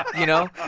you know,